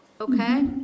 Okay